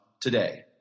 today